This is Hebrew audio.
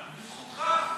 בזכותך.